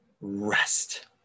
rest